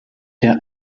der